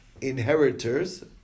inheritors